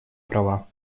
права